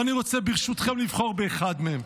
ואני רוצה, ברשותכם, לבחור באחד מהם.